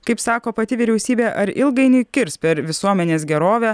kaip sako pati vyriausybė ar ilgainiui kirs per visuomenės gerovę